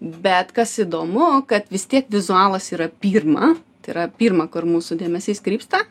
bet kas įdomu kad vis tiek vizualas yra pirma tai yra pirma kur mūsų dėmesys krypsta